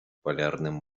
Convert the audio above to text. полярным